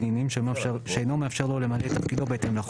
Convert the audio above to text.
עניינים שאינו מאפשר לו למלא את תפקידו בהתאם לחוק'.